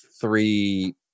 three